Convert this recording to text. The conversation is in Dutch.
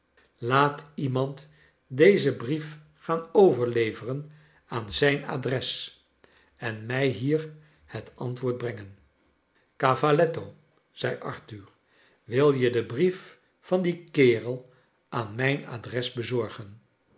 laat iemand dezen brief gaanj overleveren aan zijn adres en mij hier het antwoord brengen cavalletto zei arthur wil jo den brief van dien kerel aan zrjn adres bezorgen